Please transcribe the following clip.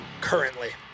currently